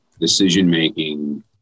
decision-making